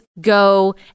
go